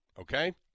okay